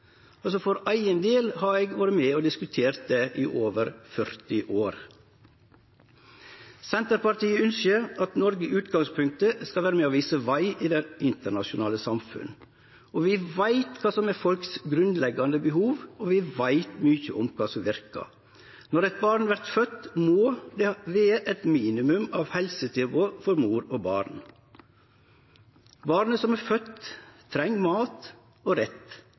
For eigen del har eg vore med og diskutert det i over 40 år. Senterpartiet ønskjer at Noreg i utgangspunktet skal vere med og vise veg i det internasjonale samfunnet, og vi veit kva som er dei grunnleggjande behova til folk, og vi veit mykje om kva som verkar. Når eit barn vert født, må det vere eit minimum av helsetilbod til mor og barn. Barnet som er født, treng mat og rett